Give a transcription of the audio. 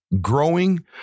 Growing